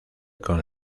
con